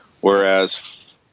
whereas